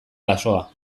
basoa